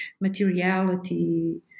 materiality